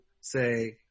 say